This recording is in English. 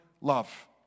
love